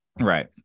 Right